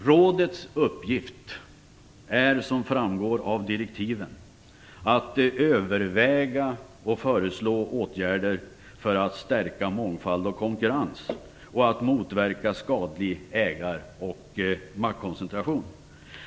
Rådets uppgift är, som framgår av direktiven, att överväga och föreslå åtgärder för att stärka mångfald och konkurrens samt att motverka skadlig ägar och maktkoncentration.